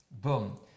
Boom